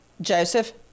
Joseph